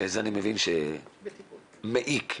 שאני מבין שהנושא הזה מעיק,